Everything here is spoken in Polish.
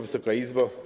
Wysoka Izbo!